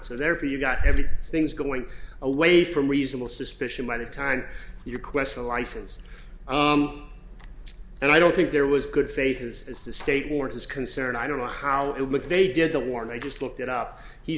so therefore you got every thing's going away from reasonable suspicion by the time your question a license and i don't think there was good faith is the state court is concerned i don't know how it looks they did the warrant i just looked it up he